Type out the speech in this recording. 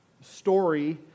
story